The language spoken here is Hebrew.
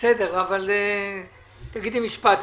בסדר, תגידי משפט.